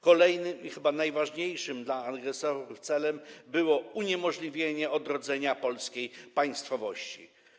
Kolejnym i chyba najważniejszym dla agresorów celem było uniemożliwienie odrodzenia polskiej państwowości.